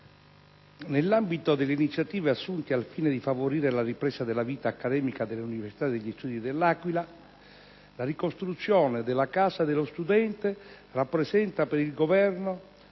nell'ambito delle iniziative assunte al fine di favorire la ripresa della vita accademica dell'Università degli studi de L'Aquila, la ricostruzione della Casa dello studente rappresenta per il Governo